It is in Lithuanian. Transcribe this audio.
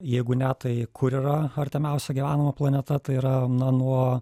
jeigu ne tai kur yra artimiausia gyvenama planeta tai yra na nuo